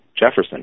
Jefferson